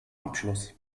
abschluss